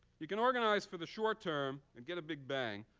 you can organize for the short-term and get a big bang,